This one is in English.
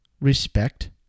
respect